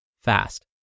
fast